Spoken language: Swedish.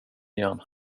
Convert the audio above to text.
igen